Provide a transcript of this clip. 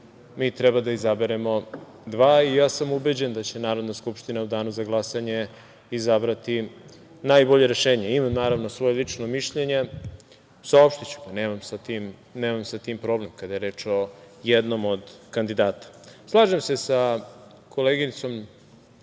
Mi treba da izaberemo dva i ja sam ubeđen da će Narodna skupština u danu za glasanje izabrati najbolje rešenje. Imam naravno svoje lično mišljenje. Saopštiću ga. Nemam sa tim problem kada je reč o jednom od kandidata. Slažem se sa koleginicom